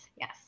yes